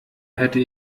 hätte